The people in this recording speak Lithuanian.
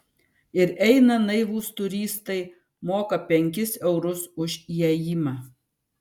ir eina naivūs turistai moka penkis eurus už įėjimą